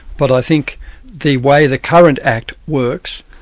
but i think the way the current act works,